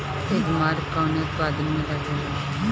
एगमार्क कवने उत्पाद मैं लगेला?